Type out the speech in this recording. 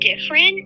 different